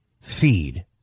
feed